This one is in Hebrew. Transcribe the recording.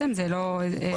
זה לא חידוש.